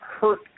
hurt